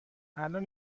الان